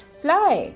fly